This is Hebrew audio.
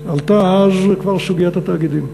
עלתה אז, כבר, סוגיית התאגידים.